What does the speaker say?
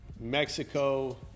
mexico